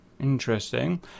Interesting